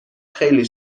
خیلی